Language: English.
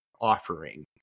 offering